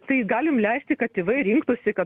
tai galim leisti kad tėvai rinktųsi kad